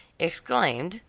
exclaimed,